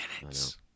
minutes